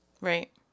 Right